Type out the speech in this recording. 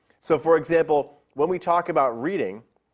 so, for example, when we talk about reading,